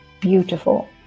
beautiful